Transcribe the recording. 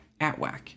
Atwac